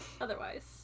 Otherwise